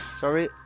Sorry